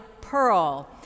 pearl